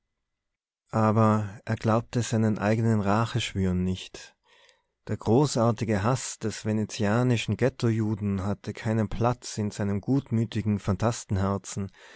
aber er glaubte seinen eigenen racheschwüren nicht der großartige haß des venezianischen ghettojuden hatte keinen platz in seinem gutmütigen